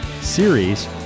series